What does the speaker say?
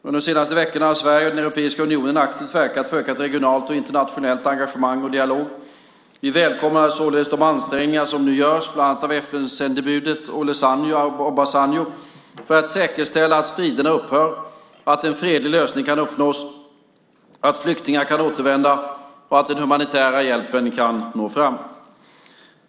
Under de senaste veckorna har Sverige och Europeiska unionen aktivt verkat för ökat regionalt och internationellt engagemang och dialog. Vi välkomnar således de ansträngningar som nu görs, bland annat av FN-sändebudet Olusegun Obasanjo, för att säkerställa att striderna upphör, att en fredlig lösning kan nås, att flyktingar kan återvända och att den humanitära hjälpen kan nå fram.